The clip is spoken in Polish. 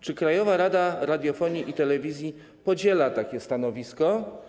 Czy Krajowa Rada Radiofonii i Telewizji podziela takie stanowisko?